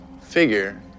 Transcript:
figure